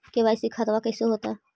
KYC खतबा कैसे होता?